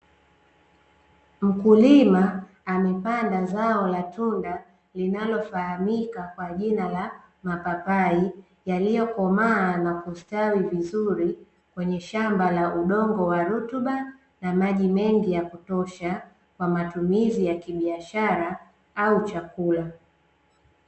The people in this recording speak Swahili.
Mkulima amepanda zao la tunda linalofahamika kwa jina la mapapai, yaliyokomaa na kustawi vizuri kwenye shamba la udongo wa rutuba, na maji mengi yakutosha, kwa matumizi ya kibiashara au chakula.